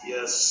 Yes